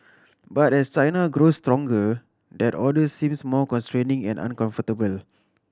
but as China grows stronger that order seems more constraining and uncomfortable